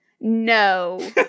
No